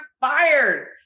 fired